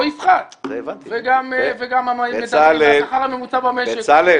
או יפחת וגם אם יש גידול בשכר הממוצע במשק,